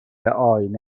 آینه